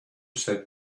sat